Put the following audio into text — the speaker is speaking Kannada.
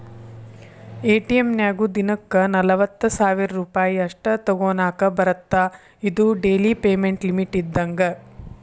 ಎ.ಟಿ.ಎಂ ನ್ಯಾಗು ದಿನಕ್ಕ ನಲವತ್ತ ಸಾವಿರ್ ರೂಪಾಯಿ ಅಷ್ಟ ತೋಕೋನಾಕಾ ಬರತ್ತಾ ಇದು ಡೆಲಿ ಪೇಮೆಂಟ್ ಲಿಮಿಟ್ ಇದ್ದಂಗ